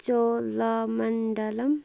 Chola Mandalam